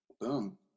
boom